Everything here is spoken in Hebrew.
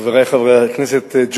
חברי חברי הכנסת,